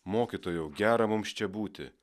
mokytojau gera mums čia būti